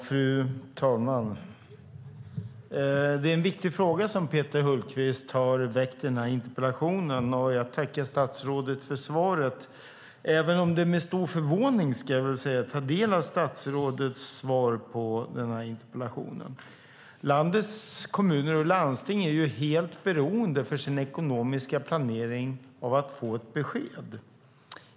Fru talman! Det är en viktig fråga som Peter Hultqvist har väckt i denna interpellation. Jag tackar statsrådet för svaret, även om det är med stor förvåning jag tar del av det. Landets kommuner och landsting är för sin ekonomiska planering helt beroende av att få ett besked.